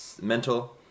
mental